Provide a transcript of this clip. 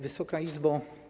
Wysoka Izbo!